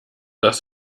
dass